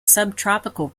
subtropical